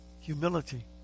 humility